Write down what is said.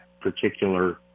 particular